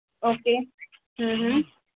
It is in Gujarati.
okay hmm